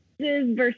versus